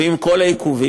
ועם כל העיכובים,